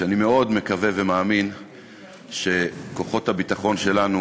ואני מאוד מקווה ומאמין שכוחות הביטחון שלנו